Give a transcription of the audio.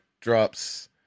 drops